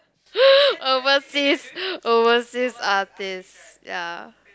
overseas overseas artistes ya